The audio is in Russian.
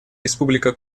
республика